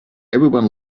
everyone